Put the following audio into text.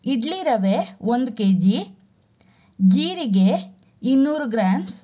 ಇಡ್ಲಿ ರವೆ ಒಂದು K G ಜೀರಿಗೆ ಇನ್ನೂರು ಗ್ರಾಮ್ಸ್